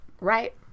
right